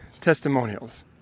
testimonials